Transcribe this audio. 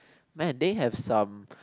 man there have some